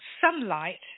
sunlight